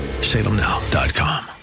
Salemnow.com